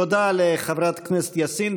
תודה לחברת הכנסת יאסין.